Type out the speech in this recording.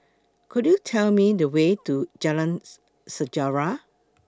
Could YOU Tell Me The Way to Jalan's Sejarah